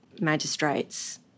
magistrates